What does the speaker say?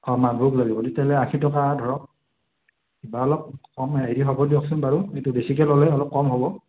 অ' মালভোগ লাগিব তেতিয়াহ'লে আশী টকা ধৰক কিবা অলপ কম হেৰি হ'ব দিয়কচোন বাৰু সেইটো বেছিকৈ ল'লে অলপ কম হ'ব